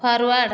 forward